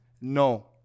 No